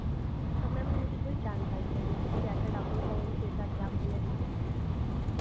तो मैम मुझे पूरी जानकारी चाहिए थी क्या क्या डॉक्युमेंट्स लगेंगे कैसा क्या खुलेगा